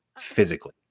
physically